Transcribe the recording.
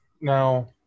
Now